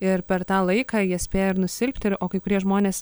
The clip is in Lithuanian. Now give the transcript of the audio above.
ir per tą laiką jie spėja ir nusilpti ir o kai kurie žmonės